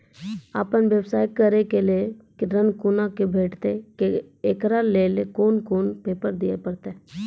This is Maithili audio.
आपन व्यवसाय करै के लेल ऋण कुना के भेंटते एकरा लेल कौन कौन पेपर दिए परतै?